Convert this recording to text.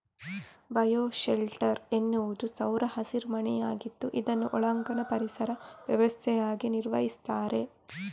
bio shelter ಎನ್ನುವುದು ಸೌರ ಹಸಿರು ಮನೆಯಾಗಿದ್ದು ಇದನ್ನು ಒಳಾಂಗಣ ಪರಿಸರ ವ್ಯವಸ್ಥೆಯಾಗಿ ನಿರ್ವಹಿಸ್ತಾರೆ